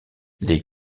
les